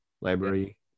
library